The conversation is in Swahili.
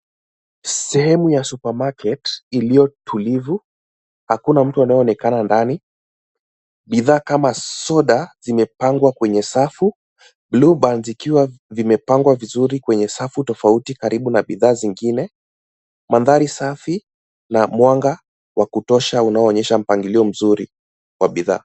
Sehemu ya supermarket iliyo tulivu. Hakuna mtu anayeonekana ndani. Bidhaa kama soda zimepangwa kwenye safu. Blueband zikiwa zimepangwa vizuri kwenye safu tofauti karibu na bidhaa zengine. Mandhari safi na mwanga wa kutosha unaonyesha mpangilio mzuri wa bidhaa.